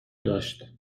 داشت